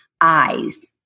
eyes